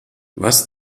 was